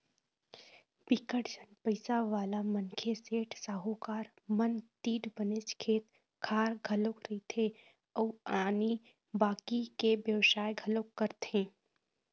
बिकट झन पइसावाला मनखे, सेठ, साहूकार मन तीर बनेच खेत खार घलोक रहिथे अउ आनी बाकी के बेवसाय घलोक करथे